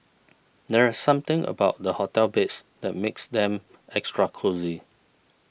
there is something about the hotel beds that makes them extra cosy